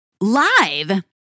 Live